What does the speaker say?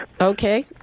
Okay